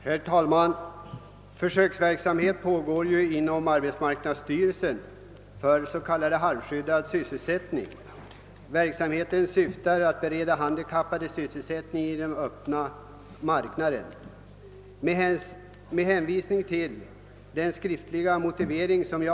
Herr talman! Möjligheterna att bereda handikappade sysselsättning ökar i och med att den halvskyddade sysselsättningen successivt utbygges. Såväl de handikappade som näringslivet och samhället i övrigt har anledning förvänta sig att denna form av arbetsvård skall kunna medverka till att den handikappade kan övergå till ordinär anställning hos sin arbetsgivare i de fall då den handikappade i den halvskyddade sysselsättningen kunnat anpassa sig och träna upp sin prestationsförmåga så att den motsvarar den minimiprestation som krävs av Övriga anställda.